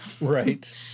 right